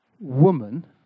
woman